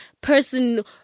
person